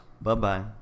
Bye-bye